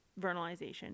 vernalization